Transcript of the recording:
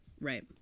Right